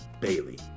Bailey